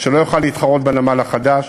שלא יוכל להתחרות בנמל החדש.